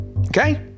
Okay